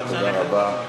תודה רבה.